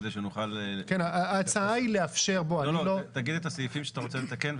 כדי שנוכל --- תגיד את הסעיפים שאתה רוצה לתקן,